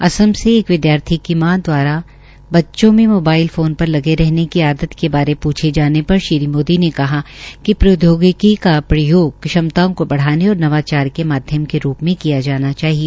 असम से एक विदयार्थी की मां दवारा बच्चों में मोबाइल फोन पर लगे रहने की आदत के बारे पूछे जाने पर श्री मोदी ने कहा कि प्रौद्योगक का प्रयोग क्षमताओं को बढ़ाने और नवाचार के माध्यम के रूप में किया जाना चाहिए